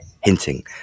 hinting